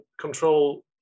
control